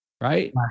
right